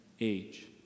age